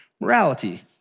morality